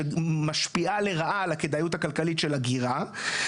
שמשפיעה לרעה על הכדאיות הכלכלית של אגירה.